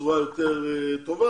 בצורה יותר טובה